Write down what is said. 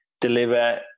deliver